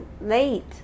late